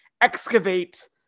excavate